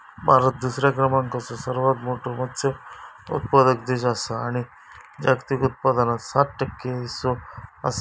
भारत दुसऱ्या क्रमांकाचो सर्वात मोठो मत्स्य उत्पादक देश आसा आणि जागतिक उत्पादनात सात टक्के हीस्सो आसा